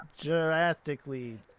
drastically